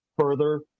further